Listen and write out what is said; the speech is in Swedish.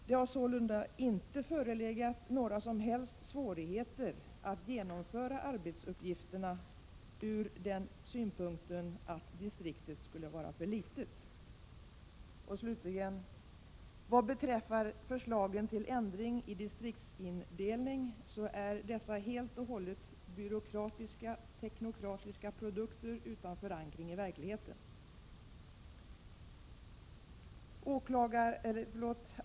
— Det har sålunda inte förelegat några som helst svårigheter att genomföra arbetsuppgifterna ur den synpunkten, att distriktet skulle vara för litet. — Vad beträffar förslagen till ändring i distriktsindelning så är dessa helt och hållet byråkratisk-teknokratiska produkter utan förankring i verkligheten.